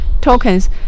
tokens